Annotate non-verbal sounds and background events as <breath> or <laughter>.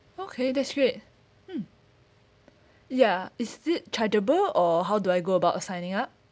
okay that's great mm <breath> ya is it chargeable or how do I go about signing up